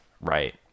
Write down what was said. right